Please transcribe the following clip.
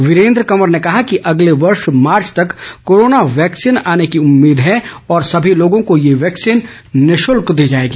वीरेन्द्र कंवर ने कहा कि अगले वर्ष मार्च तक कोरोना वैक्सीन आने की उम्मीद है और सभी लोगों को ये वैक्सीन निशुल्क दी जाएगी